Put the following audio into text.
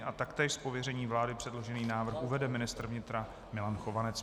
Z pověření vlády předložený návrh uvede ministr vnitra Milan Chovanec.